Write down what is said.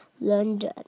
London